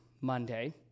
Monday